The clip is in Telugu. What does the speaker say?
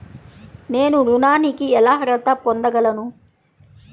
నేను ఋణానికి ఎలా అర్హత పొందగలను?